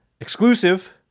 exclusive